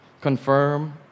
Confirm